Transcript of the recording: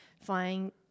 flying